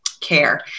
care